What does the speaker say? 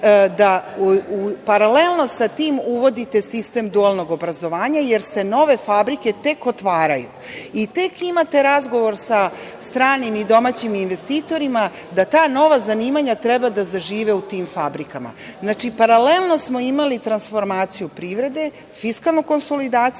da paralelno sa tim uvodite sistem dualnog obrazovanja, jer se nove fabrike tek otvaraju i tek imate razgovor sa stranim i domaćim investitorima da ta nova zanimanja treba da zažive u tim fabrikama. Znači, paralelno smo imali transformaciju privrede, fiskalnu konsolidaciju